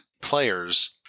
players